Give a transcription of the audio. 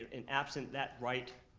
and absent that right,